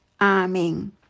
amen